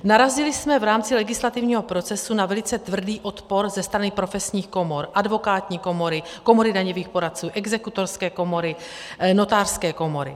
Narazili jsme v rámci legislativního procesu na velice tvrdý odpor ze strany profesních komor advokátní komory, Komory daňových poradců, Exekutorské komory, Notářské komory.